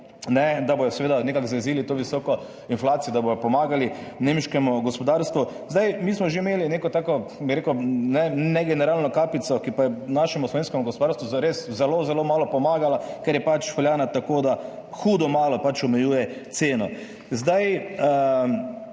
da bodo seveda nekako zajezili to visoko inflacijo, da bodo pomagali nemškemu gospodarstvu. Mi smo že imeli neko tako, bi rekel, negeneralno kapico, ki pa je našemu slovenskemu gospodarstvu zares zelo malo pomagala, ker je pač peljana tako, da zelo malo omejuje ceno.